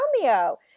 Romeo